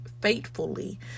faithfully